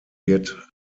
wird